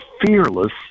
fearless